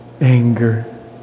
anger